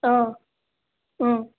অঁ